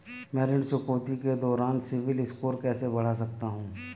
मैं ऋण चुकौती के दौरान सिबिल स्कोर कैसे बढ़ा सकता हूं?